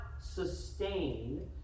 Sustain